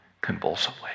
convulsively